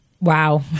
Wow